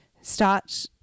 start